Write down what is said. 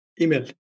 email